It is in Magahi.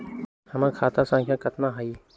हमर खाता के सांख्या कतना हई?